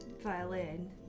violin